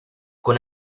con